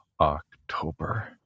October